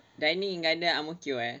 dining in the garden ang mo kio ah